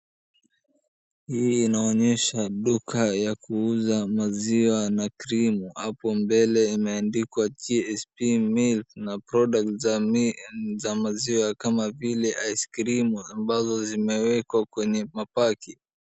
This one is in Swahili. Hii inaonyesha duka ya kuuza maziwa na cream . Hapo mbele imeandikwa GSP Milk na product za maziwa kama vile ice cream ambazo zimewekwa kwenye mapaki.